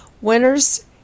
winners